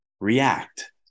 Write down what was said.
react